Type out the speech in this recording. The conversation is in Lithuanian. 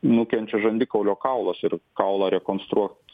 nukenčia žandikaulio kaulas ir kaulą rekonstruot